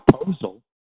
proposal